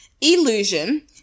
illusion